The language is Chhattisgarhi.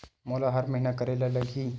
मोला हर महीना करे ल लगही?